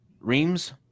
Reams